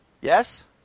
Yes